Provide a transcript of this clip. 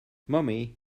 mommy